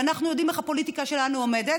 ואנחנו יודעים איך הפוליטיקה שלנו עובדת,